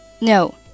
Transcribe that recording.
No